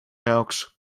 jaoks